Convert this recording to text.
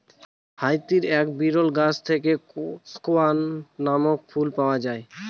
হাইতির এক বিরল গাছ থেকে স্কোয়ান নামক ফুল পাওয়া যায়